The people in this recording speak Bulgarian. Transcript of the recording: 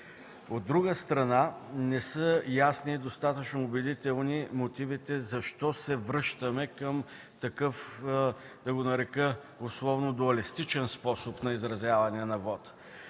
От друга страна, не са ясни и достатъчно убедителни мотивите защо се връщаме към такъв, да го нарека условно, дуалистичен способ на изразяване на вота.